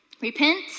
Repent